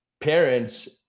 parents